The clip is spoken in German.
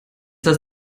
das